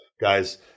guys